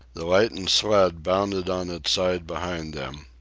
the lightened sled bounded on its side behind them.